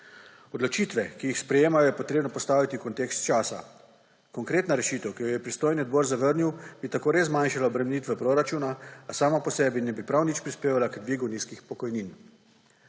Odločitve, ki jih sprejemajo, je potrebno postaviti v kontekst časa. Konkretna rešitev, ki jo je pristojni odbor zavrnil, bi tako res zmanjšala obremenitve proračuna, a sama po sebi ne bi prav nič prispevala k dvigu nizkih pokojnin.